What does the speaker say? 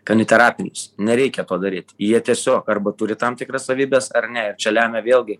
kaniterapinius nereikia to daryt jie tiesiog arba turi tam tikras savybes ar ne ir čia lemia vėlgi